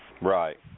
Right